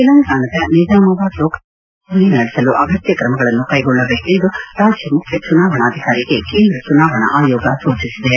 ತೆಲಂಗಾಣದ ನಿಜಾಮಾಬಾದ್ ಲೋಕಸಭಾ ಕ್ಷೇತ್ರದಲ್ಲಿ ಚುನಾವಣೆ ನಡೆಸಲು ಅಗತ್ಯ ಕ್ರಮಗಳನ್ನು ಕೈಗೊಳ್ಳಬೇಕೆಂದು ರಾಜ್ಲ ಮುಖ್ಯ ಚುನಾವಣಾಧಿಕಾರಿಗೆ ಕೇಂದ್ರ ಚುನಾವಣಾ ಆಯೋಗ ಸೂಚಿಸಿದೆ